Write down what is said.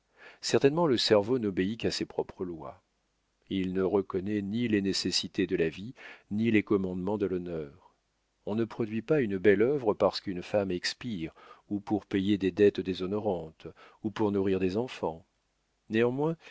certainement le cerveau n'obéit qu'à ses propres lois il ne reconnaît ni les nécessités de la vie ni les commandements de l'honneur on ne produit pas une belle œuvre parce qu'une femme expire ou pour payer des dettes déshonorantes ou pour nourrir des enfants néanmoins